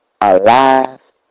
Alive